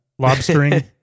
lobstering